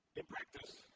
in practice,